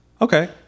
Okay